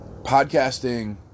podcasting